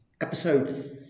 episode